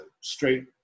straight